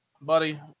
buddy